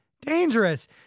dangerous